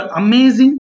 amazing